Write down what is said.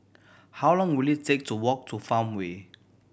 how long will it take to walk to Farmway